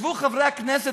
ישבו חברי הכנסת,